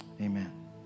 Amen